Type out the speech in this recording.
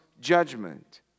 judgment